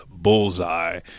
bullseye